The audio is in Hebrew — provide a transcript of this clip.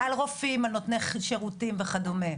על רופאים, על נותני שירותים, וכדומה.